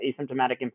asymptomatic